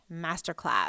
masterclass